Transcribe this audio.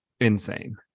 insane